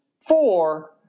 four